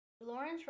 Lawrence